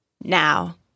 Now